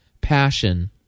passion